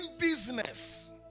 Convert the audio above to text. business